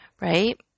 Right